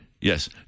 yes